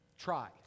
try